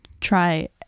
try